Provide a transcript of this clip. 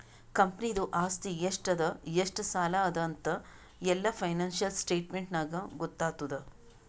ಕಂಪನಿದು ಆಸ್ತಿ ಎಷ್ಟ ಅದಾ ಎಷ್ಟ ಸಾಲ ಅದಾ ಅಂತ್ ಎಲ್ಲಾ ಫೈನಾನ್ಸಿಯಲ್ ಸ್ಟೇಟ್ಮೆಂಟ್ ನಾಗೇ ಗೊತ್ತಾತುದ್